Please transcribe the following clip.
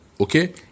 okay